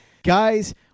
Guys